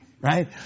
right